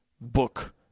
book